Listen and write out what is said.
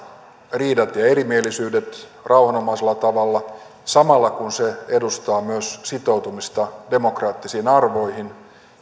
riidat ja erimielisyydet rauhanomaisella tavalla samalla kun se edustaa myös sitoutumista demokraattisiin arvoihin